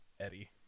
eddie